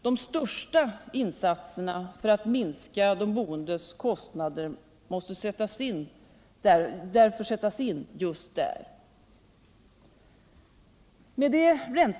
De största insatserna för att minska de boendes kostnader måste därför sättas in just där.